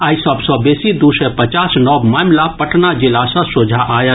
आइ सभ सँ बेसी दू सय पचास नव मामिला पटना जिला सँ सोझा आयल